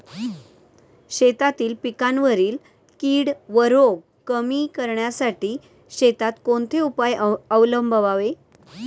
शेतातील पिकांवरील कीड व रोग कमी करण्यासाठी शेतात कोणते उपाय अवलंबावे?